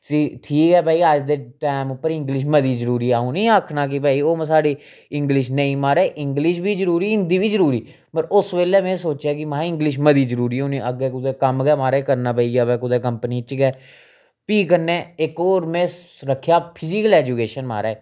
ठीक ऐ भाई अज्ज दे टैम उप्पर इंग्लिश मती जरूरी अ'ऊं नी आखना कि भाई साढ़ी इंग्लिश नेईं महाराज इंग्लिश बी जरूरी हिंदी बी जरूरी पर उस बेल्लै में सोचेआ कि महां इंग्लिश मती जरूरी होंदी अग्गें कुदै कम्म गै महाराज करना पेई जा कुदै कंपनी च गै फ्ही कन्नै इक होर में रक्खेआ फिजीकल ऐजुकेशन महाराज